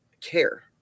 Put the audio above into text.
care